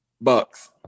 Bucks